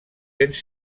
cents